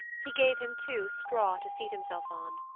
he gave him, too, straw to seat himself on.